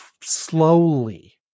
slowly